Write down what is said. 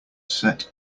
set